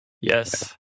Yes